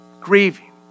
Grieving